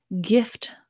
gift